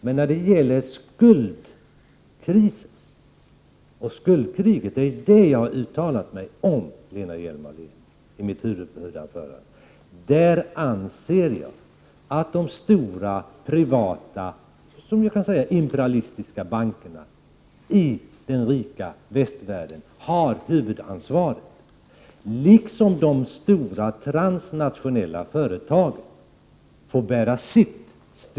Men när det gäller skuldkrisen och skuldkriget anser jag att de stora privata imperialistiska bankerna i den rika västvärlden har huvudansvaret, liksom de stora transnationella företagen får bära sin stora del av ansvaret.